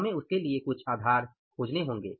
हमें उसके लिए कुछ आधार तलाशने होंगे